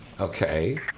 Okay